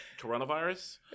coronavirus